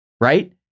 right